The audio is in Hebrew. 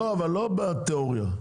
לא בתיאוריה.